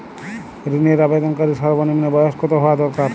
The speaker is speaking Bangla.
ঋণের আবেদনকারী সর্বনিন্ম বয়স কতো হওয়া দরকার?